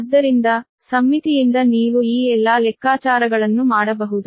ಆದ್ದರಿಂದ ಸಮ್ಮಿತಿಯಿಂದ ನೀವು ಈ ಎಲ್ಲಾ ಲೆಕ್ಕಾಚಾರಗಳನ್ನು ಮಾಡಬಹುದು